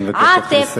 אני מבקש רק לסיים.